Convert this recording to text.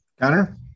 Connor